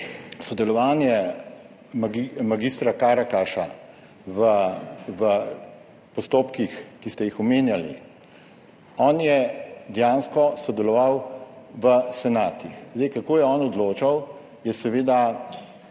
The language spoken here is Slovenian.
sodelovanje mag. Karakaša v postopkih, ki ste jih omenjali. On je dejansko sodeloval v senatih. Kako je on odločal, je seveda